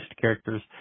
characters –